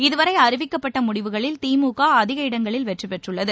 இதுவரை அறிவிக்கப்பட்ட முடிவுகளில் திமுக அதிக இடங்களில் வெற்றிபெற்றுள்ளது